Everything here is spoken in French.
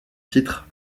titre